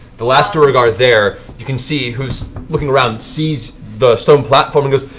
the last duergar there, you can see who's looking around, sees the stone platform, and goes,